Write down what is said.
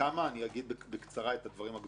אומר בקצרה את הדברים הגדולים,